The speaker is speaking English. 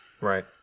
right